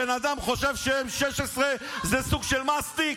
הבן אדם חושב ש-M-16 זה סוג של מסטיק.